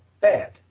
bad